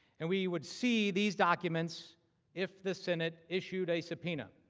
and we would see these documents if the senate issued a subpoena.